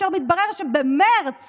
כאשר מתברר שבמרץ